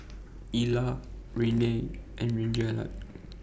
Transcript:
Ella Renae and Reginald